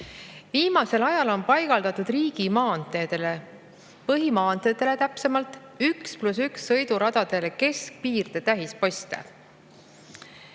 Viimasel ajal on paigaldatud riigimaanteedele, põhimaanteedele täpsemalt, 1 + 1 sõiduradadele keskpiirde tähisposte.